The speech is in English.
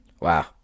Wow